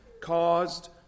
caused